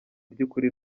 by’ukuri